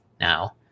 now